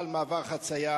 שיהיה מאוחר מדי.